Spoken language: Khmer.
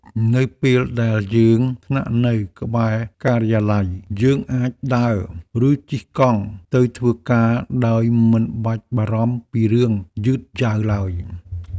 នៅពេលដែលយើងស្នាក់នៅក្បែរការិយាល័យ យើងអាចដើរ ឬជិះកង់ទៅធ្វើការដោយមិនបាច់បារម្ភពីរឿងយឺតយ៉ាវឡើយ។